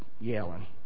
yelling